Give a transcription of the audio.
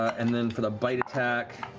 and then for the bite attack,